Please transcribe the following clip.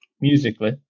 Musically